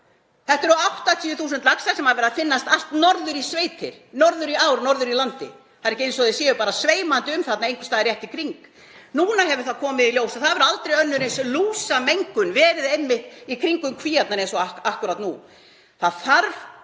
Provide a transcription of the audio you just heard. Þetta eru 80.000 laxar sem hafa verið að finnast allt norður í sveitir, norður í ám norður í landi. Það er ekki eins og þeir séu bara sveimandi um þarna einhvers staðar í kring. Núna hefur komið í ljós að aldrei hefur önnur eins lúsamengun verið í kringum kvíarnar eins og akkúrat nú. Það þarf,